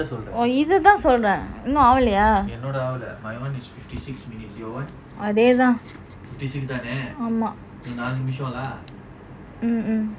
இத தான் சொல்றன் இன்னும் ஆவலாய் அதே தான் ஆமா:itha thaan solran inum aavalaya athey thaan ama